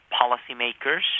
policymakers